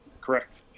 correct